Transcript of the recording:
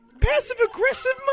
Passive-aggressive